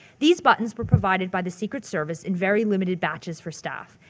these buttons were provided by the secret service in very limited batches for staff.